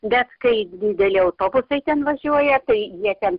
bet kai dideli autobusai ten važiuoja tai jie ten